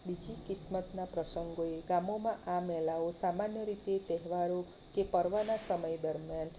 બીજી કિસ્મતના પ્રસંગોએ ગામોમાં આ મેળાઓ સામાન્ય રીતે તહેવારો કે પર્વના સમય દરમિયાન